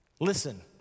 Listen